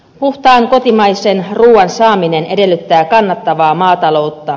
puhtaan kotimaisen ruuan saaminen edellyttää kannattavaa maataloutta